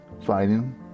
fighting